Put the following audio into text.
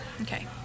Okay